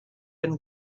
been